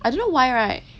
I don't know why right